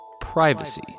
Privacy